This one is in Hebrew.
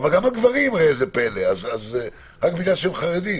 אבל גם הגברים ורק בגלל שהם חרדים.